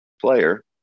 player